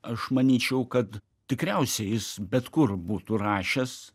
aš manyčiau kad tikriausiai jis bet kur būtų rašęs